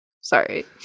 Sorry